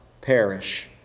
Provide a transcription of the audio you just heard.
perish